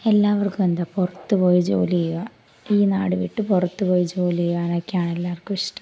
എല്ലാവർക്കും എന്താ പുറത്തു പോയി ജോലി ചെയ്യുക ഈ നാടു വിട്ടു പുറത്തു പോയി ജോലി ചെയ്യുവാൻ ഒക്കെ ആണ് എല്ലാവർക്കും ഇഷ്ടം